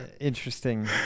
interesting